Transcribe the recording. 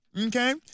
Okay